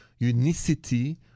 unicity